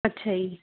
ਅੱਛਾ ਜੀ